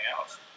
else